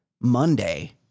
Monday